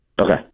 Okay